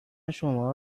شماها